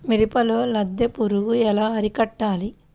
మిరపలో లద్దె పురుగు ఎలా అరికట్టాలి?